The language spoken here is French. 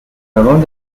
avant